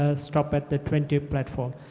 ah stop at the twenty platform.